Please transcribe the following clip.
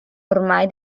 ormai